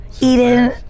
Eden